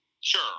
Sure